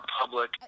public